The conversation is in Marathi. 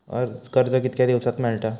कर्ज कितक्या दिवसात मेळता?